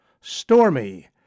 Stormy